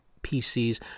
pcs